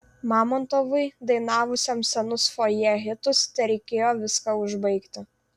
mamontovui dainavusiam senus fojė hitus tereikėjo viską užbaigti